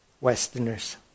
Westerners